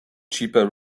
cheaper